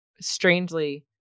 strangely